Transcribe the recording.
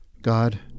God